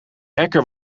hacker